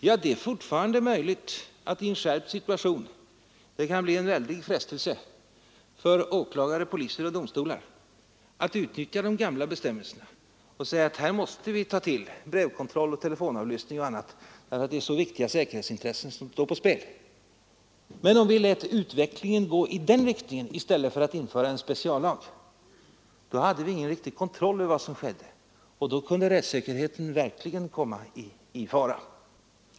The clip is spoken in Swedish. Ja, det är fortfarande möjligt att det i en skärpt situation kan bli en väldig frestelse för åklagare, poliser och domstolar att utnyttja de gamla bestämmelserna och säga att ”här måste vi ta till brevkontroll, telefonavlyssning och annat därför att så viktiga säkerhetsintressen står på spel”. Men om vi lät utvecklingen gå i den riktningen i stället för att införa en speciallag hade vi ingen riktig kontroll över vad som skedde, och då kunde rättssäkerheten verkligen komma i fara.